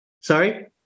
Sorry